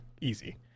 easy